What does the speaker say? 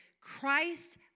Christ